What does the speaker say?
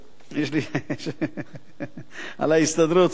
יש לך עוד שתי דקות,